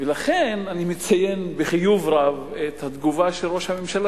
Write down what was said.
לכן אני מציין בחיוב רב את התגובה של ראש הממשלה,